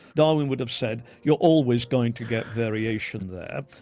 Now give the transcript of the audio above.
darwin would have said you're always going to get variation there.